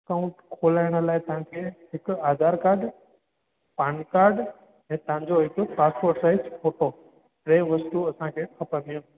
account खोलाइण लाइ तव्हांखे हिकु आधार काड पान काड ऐं तव्हांजो हिकु पासपोट साइज़ फोटो टे वस्तू असांखे खपंदियूं